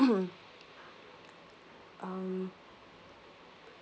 um